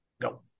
Go